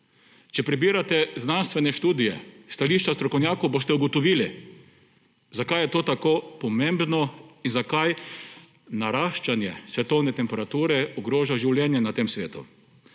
Če prebirate znanstvene študije, stališča strokovnjakov, boste ugotovili, zakaj je to tako pomembno in zakaj naraščanje svetovne temperature ogroža življenje na tem svetu.